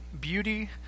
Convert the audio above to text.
beauty